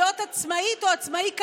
להיות עצמאית או עצמאי כלכלית,